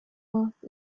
off